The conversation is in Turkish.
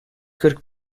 kırk